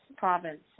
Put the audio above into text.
province